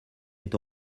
est